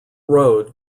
road